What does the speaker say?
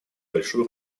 большую